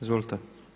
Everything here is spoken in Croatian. Izvolite.